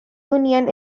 union